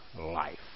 life